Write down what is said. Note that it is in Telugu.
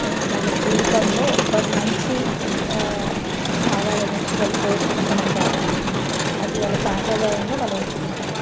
వాళ్ళ జీవితంలో ఒక మంచి కావాలనేసి వాళ్ళు కోరుకుంటున్నారు కాబట్టి అది వాళ్ళ సాంప్రదాయంగా వాళ్ళు ఎంచుకుంటారు